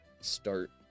start